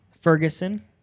Ferguson